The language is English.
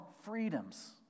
freedoms